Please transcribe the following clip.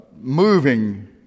moving